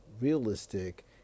realistic